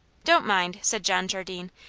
don't mind, said john jardine.